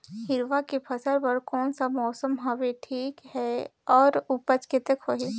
हिरवा के फसल बर कोन सा मौसम हवे ठीक हे अउर ऊपज कतेक होही?